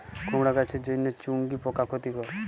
কুমড়ো গাছের জন্য চুঙ্গি পোকা ক্ষতিকর?